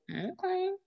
okay